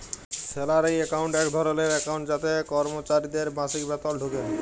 salary account এক ধরলের account যাতে করমচারিদের মাসিক বেতল ঢুকে